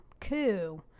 coup